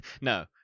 No